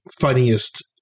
funniest